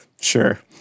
Sure